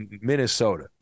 Minnesota